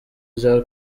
rya